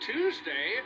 Tuesday